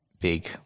Big